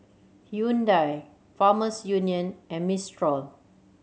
Hyundai Farmers Union and Mistral